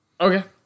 Okay